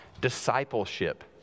discipleship